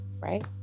right